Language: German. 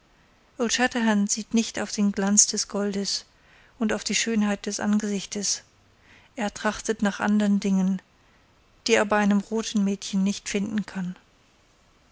sieht nicht auf den glanz des goldes und auf die schönheit des angesichtes er trachtet nach andern dingen die er bei einem roten mädchen nicht finden kann